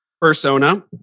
Persona